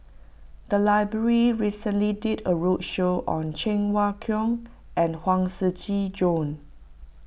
the library recently did a roadshow on Cheng Wai Keung and Huang Shiqi Joan